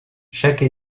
chaque